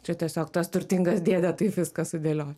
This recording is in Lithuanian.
čia tiesiog tas turtingas dėdė taip viską sudėlio